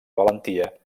valentia